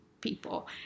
people